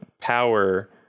power